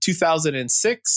2006